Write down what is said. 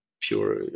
pure